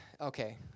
okay